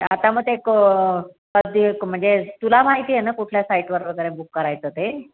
आता मग ते एक कधी एक म्हणजे तुला माहिती आहे ना कुठल्या साईटवर वगैरे बुक करायचं ते